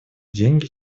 деньги